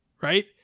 right